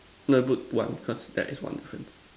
no you put one because that's one difference